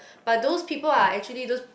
but those people are actually just